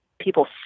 people